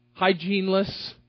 hygieneless